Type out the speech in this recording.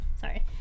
Sorry